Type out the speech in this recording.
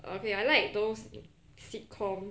okay I like those in sitcom